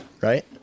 right